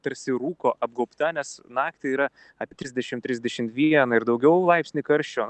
tarsi rūko apgaubta nes naktį yra apie trisdešim trisdešimt vieną ir daugiau laipsnį karščio